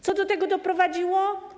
Co do tego doprowadziło?